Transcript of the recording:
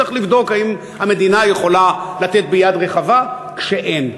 צריך לבדוק אם המדינה יכולה לתת ביד רחבה כשאין.